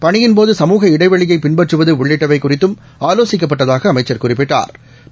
பணியின் போது சமூக இடைவெளியைபின்பற்றவதஉள்ளிட்டவைகுறித்தும் ஆலோசிக்கப்பட்டதாகஅமைச்சா் குறிப்பிட்டா்